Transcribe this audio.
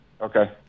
Okay